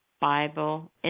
Bible